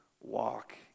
walk